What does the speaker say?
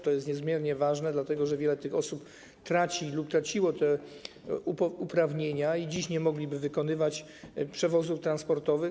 To jest niezmiernie ważne, dlatego że wiele z nich traci lub straciło te uprawnienia i dziś te osoby nie mogłyby wykonywać przewozów transportowych.